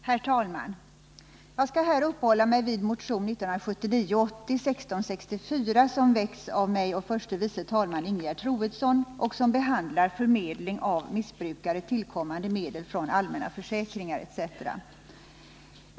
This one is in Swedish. Herr talman! Jag skall uppehålla mig vid motion 1979/80:1664, som väckts av mig och förste vice talmannen Ingegerd Troedsson och som behandlar förmedling av missbrukare tillkommande medel från allmänna försäkringar etc.